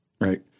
right